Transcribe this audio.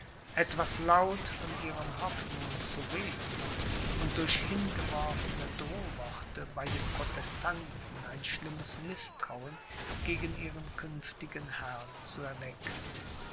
etwas laut von ihren hoffnungen zu reden und durch hingeworfene drohworte bei den protestanten ein schlimmes mißtrauen gegen ihren künftigen herrn zu erwecken